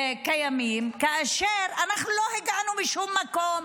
אנחנו לא הגענו משום מקום,